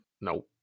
No